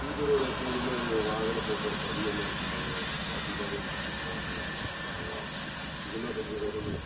EB road எப்பொழுதுமே இந்த வாகன போக்குவரத்து அதிகமாக இருக்கும் பாருங்கள் ட்ரப்பிக்காவே இருந்துகிட்ருக்கும் அது இதுன்னால் கொஞ்சம்